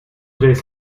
days